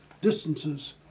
distances